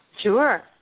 Sure